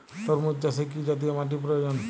তরমুজ চাষে কি জাতীয় মাটির প্রয়োজন?